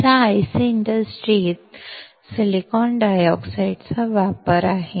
तर हा आयसी उद्योगात सिलिकॉन डायऑक्साइडचा वापर आहे